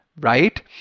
right